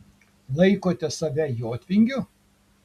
laikote save jotvingiu